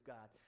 God